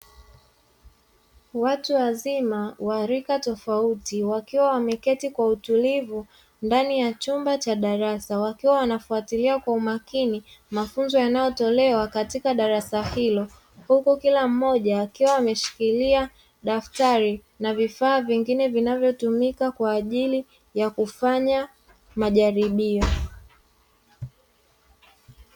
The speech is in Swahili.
Watu wazima wa rika tofauti wakiwa wameketi kwa utulivu ndani ya chumba cha darasa wakiwa wanafatilia kwa makini mafunzo yanayotolewa katika darasa hilo; huku kila mmoja akiwa ameshikilia daftari na vifaa vingine vinavyotumika kwa ajili ya kufanya majaribio.